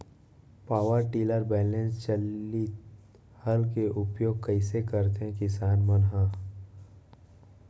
Power tiller बैलेंस चालित हल के उपयोग कइसे करथें किसान मन ह?